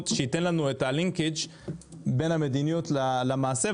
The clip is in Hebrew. שייתן לנו את הלינקץ' בין המדיניות למעשה,